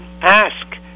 ask